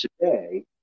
today